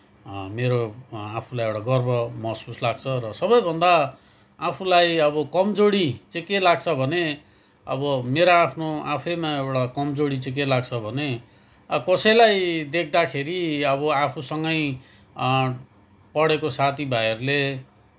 मेरो आफूलाई एउटा गर्व महसुस लाग्छ र सबैभन्दा आफूलाई अब कमजोरी चाहिँ के लाग्छ भने अब मेरो आफ्नो आफैमा एउटा कमजोरी चाहिँ के लाग्छ भने अब कसैलाई देख्दाखेरि अब आफूसँगै पढेको साथीभाइहरूले